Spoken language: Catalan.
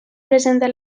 presenta